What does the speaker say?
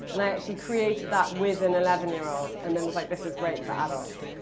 and i actually created that with an eleven year old, and then was like, this is great for adults.